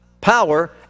power